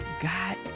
God